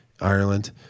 Ireland